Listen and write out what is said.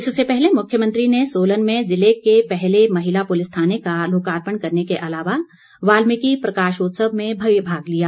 इससे पहले मुख्यमंत्री ने सोलन में जिले के पहले महिला पुलिस थाने का लोकार्पण करने के अलावा वाल्मीकी प्रकाशोत्सव में भी भाग लिया